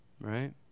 right